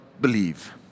believe